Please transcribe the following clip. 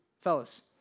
fellas